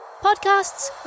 Podcasts